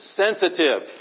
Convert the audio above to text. sensitive